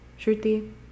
Shruti